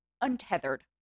untethered